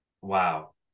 wow